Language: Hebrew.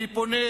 אני פונה